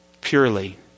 purely